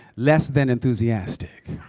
less than enthusiastic.